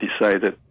decided